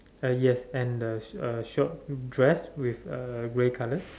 uh yes and the sh~ uh short dress with uh grey colour